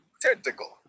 tentacle